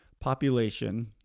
population